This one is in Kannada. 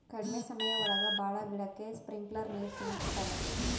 ಕಡ್ಮೆ ಸಮಯ ಒಳಗ ಭಾಳ ಗಿಡಕ್ಕೆ ಸ್ಪ್ರಿಂಕ್ಲರ್ ನೀರ್ ಚಿಮುಕಿಸ್ತವೆ